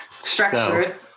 structured